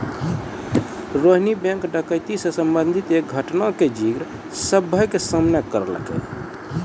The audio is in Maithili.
रोहिणी बैंक डकैती से संबंधित एक घटना के जिक्र सभ्भे के सामने करलकै